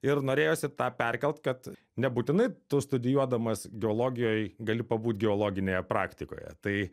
ir norėjosi tą perkelt kad nebūtinai tu studijuodamas geologijoj gali pabūt geologinėje praktikoje tai